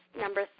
Number